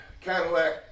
Cadillac